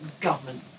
government